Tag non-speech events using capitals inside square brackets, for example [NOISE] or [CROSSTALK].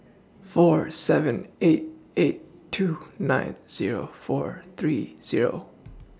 four seven eight eight two nine Zero four three Zero [NOISE]